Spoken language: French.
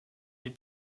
les